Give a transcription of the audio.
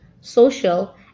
social